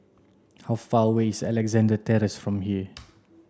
how far away is Alexandra Terrace from here